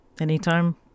anytime